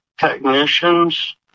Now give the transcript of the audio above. technicians